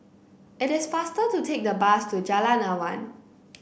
it is faster to take the bus to Jalan Awan